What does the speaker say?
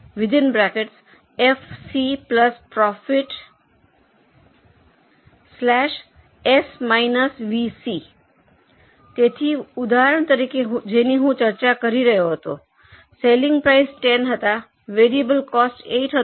તેથી QFCProfit S VC તેથી ઉદાહરણ તરીકે જેની હું ચર્ચા કરી રહ્યો હતો સેલલિંગ પ્રાઇસ 10 હતા વેરીએબલ કોસ્ટ 8 હતું